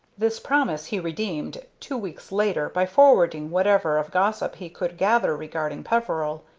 this promise he redeemed two weeks later by forwarding whatever of gossip he could gather regarding peveril.